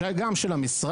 שהיה גם של המשרד,